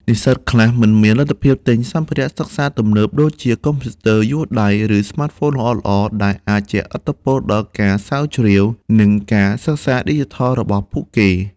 និស្សិតខ្លះមិនមានលទ្ធភាពទិញសម្ភារៈសិក្សាទំនើបដូចជា កុំព្យូទ័រយួរដៃ ឬស្មាតហ្វូនល្អៗ ដែលអាចជះឥទ្ធិពលដល់ការស្រាវជ្រាវ និងការសិក្សាឌីជីថលរបស់ពួកគេ។